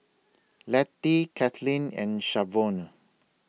Lettie Katlyn and Shavonne